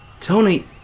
Tony